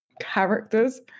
characters